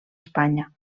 espanya